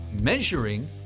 measuring